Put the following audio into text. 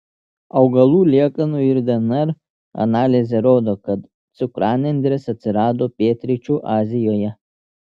augalų liekanų ir dnr analizė rodo kad cukranendrės atsirado pietryčių azijoje